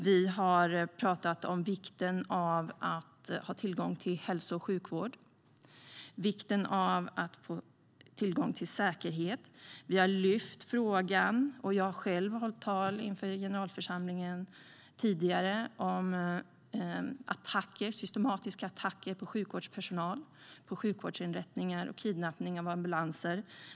Vi har talat om vikten av att ha tillgång till hälso och sjukvård och säkerhet. Vi har lyft fram frågan om systematiska attacker på sjukvårdspersonal, sjukvårdsinrättningar och kidnappningar av ambulanser, och jag har själv tidigare hållit tal om det inför generalförsamlingen.